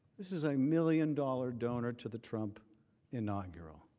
this is a million-dollar donor to the trump inaugural.